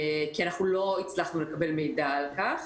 כי אנחנו לא הצלחנו לקבל מידע על כך.